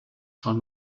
schon